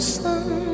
sun